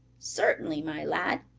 certainly, my lad.